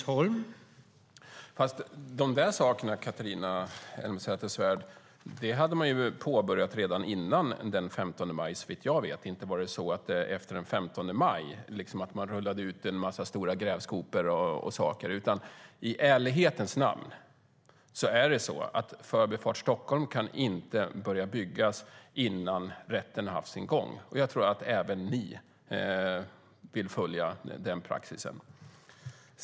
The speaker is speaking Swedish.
Herr talman! De sakerna påbörjades redan före den 15 maj, såvitt jag vet. Inte rullades en massa stora grävskopor och annat ut efter den 15 maj. I ärlighetens namn kan Förbifart Stockholm inte byggas innan rätten har haft sin gång. Även ni vill följa denna praxis.